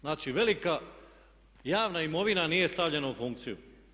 Znači, velika javna imovina nije stavljena u funkciju.